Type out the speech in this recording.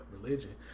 religion